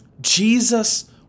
jesus